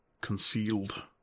concealed